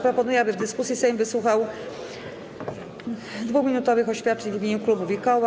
Proponuję, aby w dyskusji Sejm wysłuchał 2-minutowych oświadczeń w imieniu klubów i koła.